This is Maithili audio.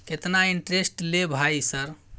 केतना इंटेरेस्ट ले भाई सर?